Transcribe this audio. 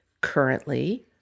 currently